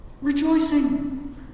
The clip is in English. Rejoicing